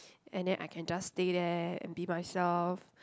and then I can just stay there and be myself